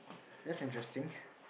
that's interesting